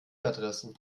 adressen